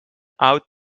out